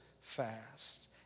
fast